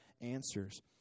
answers